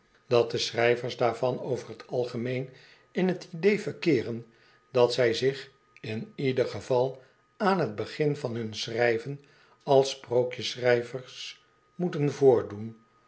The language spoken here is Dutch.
i de stad dullborough daarvan over t algemeen in t idee verkeeren dat zij zich in ieder geval aan t begin van hun schrijven als sprookjesschrijvers moeten voordoen